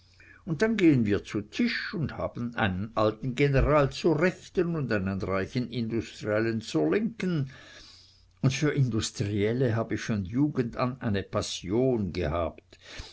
und dann gehen wir zu tisch und haben einen alten general zur rechten und einen reichen industriellen zur linken und für industrielle hab ich von jugend an eine passion gehabt